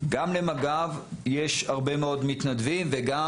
גם למג"ב יש הרבה מאוד מתנדבים וגם